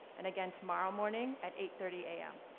and again tomorrow morning, at eight thirty am.